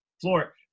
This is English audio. floor